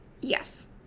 Yes